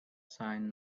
sign